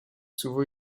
souvent